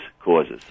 causes